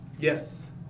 yes